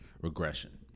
regression